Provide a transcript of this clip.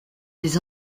des